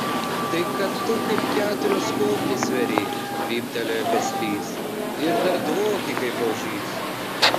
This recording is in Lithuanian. tai kad tu kaip keturios skobnys sveri vyptelėjo peslys ir dar dvoki kaip ožys